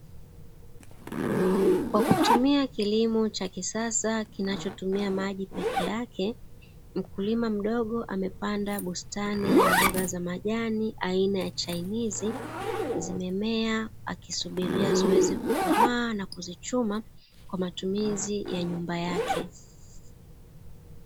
Kwa kutumia kilimo cha kisasa kinachotumia maji pekeake, mkulima mdogo amepanda bustani ya mboga za majani aina ya chainizi, zimemea akusubiria ziweze kukomaa na kuzichuma kwa matumizi ya nyumba yake.